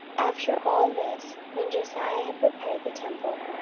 after all this, when josiah had prepared the temple,